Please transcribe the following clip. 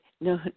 no